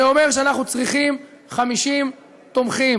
זה אומר שאנחנו צריכים 50 תומכים